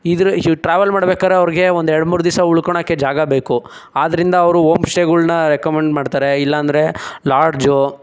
ಇದ್ರ ಟ್ರಾವೆಲ್ ಮಾಡ್ಬೇಕಾದ್ರೆ ಅವ್ರಿಗೆ ಒಂದು ಎರಡು ಮೂರು ದಿವಸ ಉಳ್ಕೋಳ್ಳೋಕ್ಕೆ ಜಾಗ ಬೇಕು ಆದ್ದರಿಂದ ಅವರು ಹೋಮ್ ಸ್ಟೇಗಳನ್ನ ರೆಕಮಂಡ್ ಮಾಡ್ತಾರೆ ಇಲ್ಲಾಂದ್ರೆ ಲಾಡ್ಜು